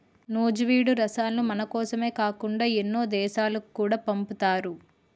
నూజివీడు రసాలను మనకోసమే కాకుండా ఎన్నో దేశాలకు కూడా పంపుతారు